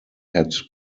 had